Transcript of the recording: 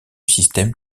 système